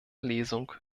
lesung